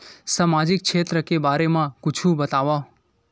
सामाजिक क्षेत्र के बारे मा कुछु बतावव?